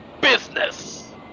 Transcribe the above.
business